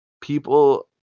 people